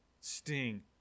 Sting